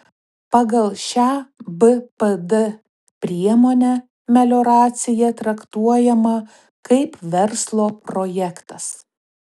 pagal šią bpd priemonę melioracija traktuojama kaip verslo projektas